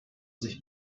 sich